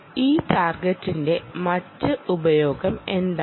ഈ ടാർഗറ്റിന്റെ മറ്റ് ഉപയോഗം എന്താണ്